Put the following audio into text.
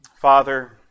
Father